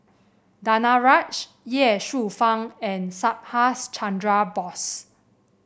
Danaraj Ye Shufang and Subhas Chandra Bose